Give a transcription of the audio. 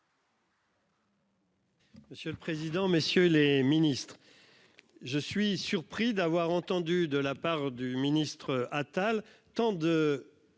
Monsieur le président. Messieurs les Ministres. Je suis surpris d'avoir entendu de la part du ministre Atal tant de.